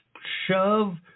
shove